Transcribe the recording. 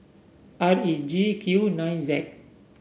R E G Q nine Z